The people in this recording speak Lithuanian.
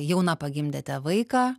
jauna pagimdėte vaiką